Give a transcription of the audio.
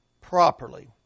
properly